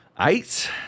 eight